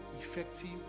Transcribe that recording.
effective